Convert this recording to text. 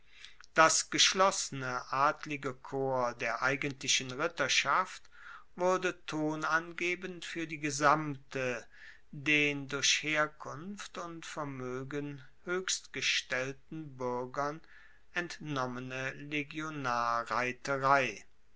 das geschlossene adlige korps der eigentlichen ritterschaft wurde tonangebend fuer die gesamte den durch herkunft und vermoegen hoechstgestellten buergern entnommene